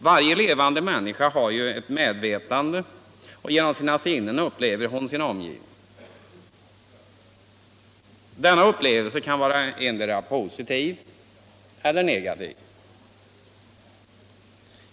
Varje levande människa har ju ett medvetande och genom sina sinnen upplever hon sin omgivning. Denna upplevelse kan vara endera positiv eller negativ.